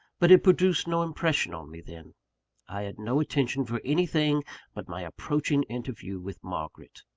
but it produced no impression on me then i had no attention for anything but my approaching interview with margaret.